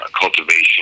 cultivation